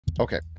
okay